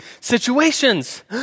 Situations